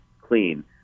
clean